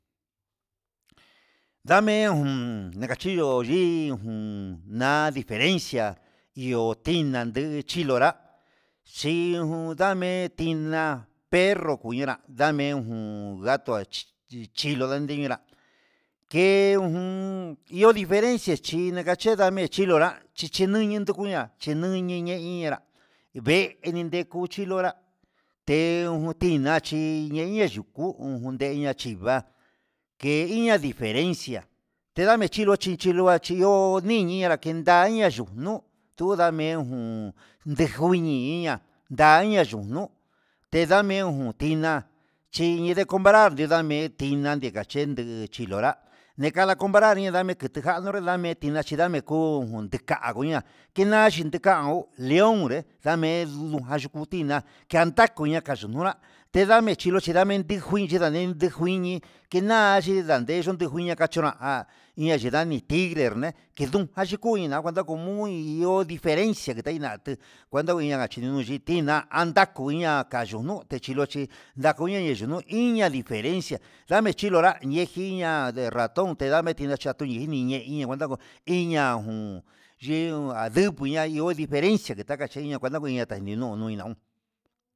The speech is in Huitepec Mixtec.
Ndame jun ndekachina yi'i jun na'a diferencia iho tiná yee chinro ya'a chiun ndame tiná, perro ku yinra ndame'e ujun gato chinro nachinra ke ujun iho diferencia chi ndakachi nakache ndame eyinro nda'a chichineya nduku iña chiniyu ndainrá, ndenindeku chinrola ndejun china chí ñene yuku china chí nda ke iña diferencia dename chilo chichiloa chí chio niniya kintañia yuu nuu tundame jun, ndeju nii iña'a ya ina yunú tendame jun tiná chi nde comparar teyame'e, tina ndekachende tiló, donra neyade chilora nelade comparar nde dame kuteja nonaridame ndonra chinamé, kuu tengoña kina chika león hé ndame yuka tuku tiná yentakaña kuyu ñonrá tedame chilo te dame yuin ngui, iin ndindañe yui juiñi indande yindandeyo niguiña kacharo'a, jan indadiñani tigre erné kinduin adichin ndaguá ndakunui ihó diferente inxe nei ñaté cuenta uin nakacherui yiti, iná añkuu iña'a kayuu nuu chilochi ndakuya chino ian diferencia ndame chilonra iheji kiña nde ratón tenda mi chatedo kuhí inechi kuentako iña jun yeenu anduku ña'a ihó diferencia takacheña kuenaka taniñun nón.